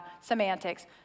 semantics